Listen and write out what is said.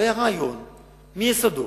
היה רעיון מיסודו,